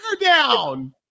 down